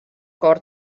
cor